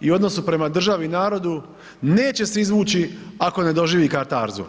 i odnosu prema državi i narodu neće se izvući ako ne doživi katarzu.